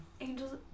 angels